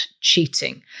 cheating